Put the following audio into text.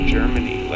Germany